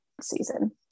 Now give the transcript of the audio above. season